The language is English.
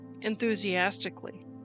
enthusiastically